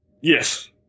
Yes